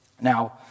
Now